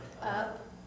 Up